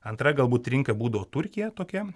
antra galbūt rinka būdavo turkija tokia